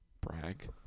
Brag